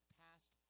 past